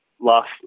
last